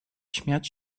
śmiać